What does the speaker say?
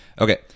Okay